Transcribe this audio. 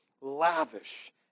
lavish